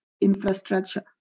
infrastructure